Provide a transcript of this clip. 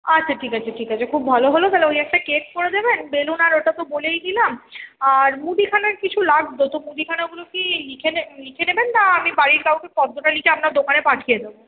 আচ্ছা ঠিক আছে ঠিক আছে খুব ভালো হলো তাহলে ওই একটা কেক করে দেবেন বেলুন আর ওটা তো বলেই দিলাম আর মুদিখানার কিছু লাগত তো মুদিখানাগুলো কি লিখে নেবেন লিখে নেবেন না আমি বাড়ির কাউকে ফর্দটা লিখে আপনার দোকানে পাঠিয়ে দেব